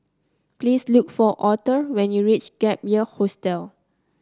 please look for Aurthur when you reach Gap Year Hostel